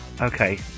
okay